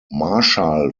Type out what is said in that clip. marshall